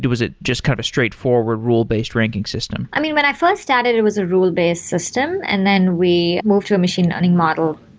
was it just kind of a straightforward rule-based ranking system? i mean, when i first started it was a rule-based system. and then we moved to a machine learning model.